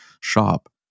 shop